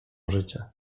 życia